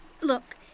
Look